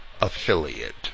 affiliate